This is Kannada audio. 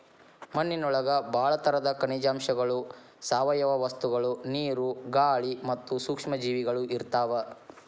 ಮಣ್ಣಿನೊಳಗ ಬಾಳ ತರದ ಖನಿಜಾಂಶಗಳು, ಸಾವಯವ ವಸ್ತುಗಳು, ನೇರು, ಗಾಳಿ ಮತ್ತ ಸೂಕ್ಷ್ಮ ಜೇವಿಗಳು ಇರ್ತಾವ